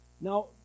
Now